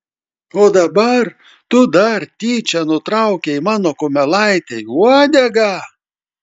o dabar tu dar tyčia nutraukei mano kumelaitei uodegą